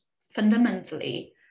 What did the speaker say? fundamentally